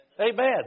Amen